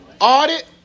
Audit